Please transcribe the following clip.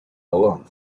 along